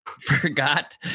forgot